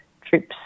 trips